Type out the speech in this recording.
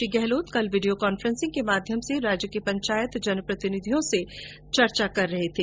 श्री गहलोत कल video conference के माध्यम से राज्य के पंचायत जनप्रतिनिधियों से चर्चा कर रहे थे